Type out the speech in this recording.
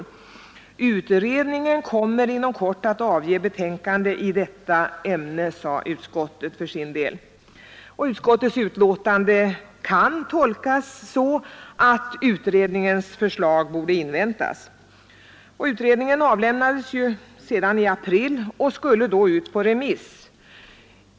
Denna utredning kommer inom kort att avge betänkande i detta ämne, sade utskottet för sin del. Utskottets betänkande kan tolkas så, att utredningens förslag borde inväntas. Utredningen avlämnades sedan i april och skulle då ut på remiss.